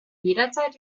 jederzeit